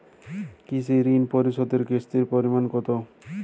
কৃষি ঋণ পরিশোধের কিস্তির পরিমাণ কতো?